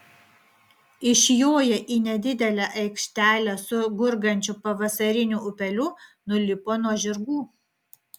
išjoję į nedidelę aikštelę su gurgančiu pavasariniu upeliu nulipo nuo žirgų